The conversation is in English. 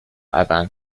avant